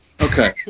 Okay